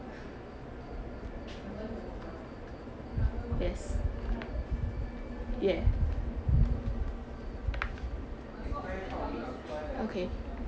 yes yeah okay